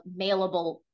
mailable